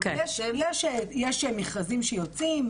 יש מכרזים שיוצאים.